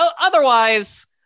otherwise